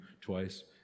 twice